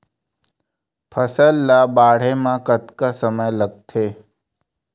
फसल ला बाढ़े मा कतना समय लगथे?